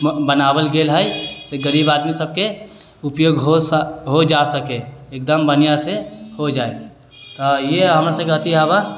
बनाओल गेल हइ जे गरीब आदमी सबके उपयोग हो जा सकै एकदम बढ़िआँसँ हो जाइ तऽ इएह हमरा सबके अथी हेबै